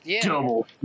double